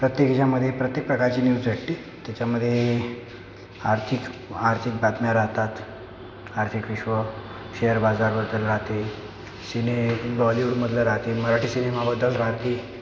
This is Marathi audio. प्रत्येक ह्याच्यामध्ये प्रत्येक प्रकारची न्यूज त्याच्यामध्ये आर्थिक आर्थिक बातम्या राहतात आर्थिक विश्व शेअर बाजारबद्दल राहते सिने बॉलीवूडमधलं राहते मराठी सिनेमाबद्दल राहते